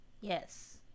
Yes